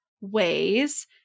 ways